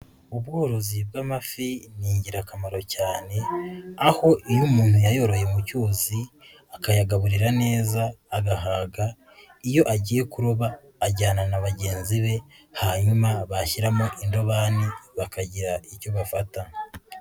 Ubworozi bw'amafi ni ingirakamaro cyane, aho iyo umuntu yayoroye mu cyuzi akayagaburira neza agahaga, iyo agiye kuroba ajyana na bagenzi be, hanyuma bashyiramo indobani bakagira icyo bafata.